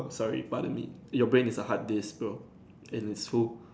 sorry pardon me your brain is a hard disk bro and it so